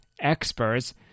experts